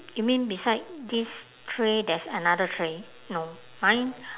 you mean beside this tray there's another tray no mine